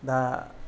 दा